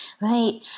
Right